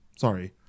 sorry